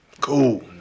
Cool